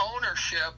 ownership